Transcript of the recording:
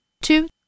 two